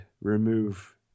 remove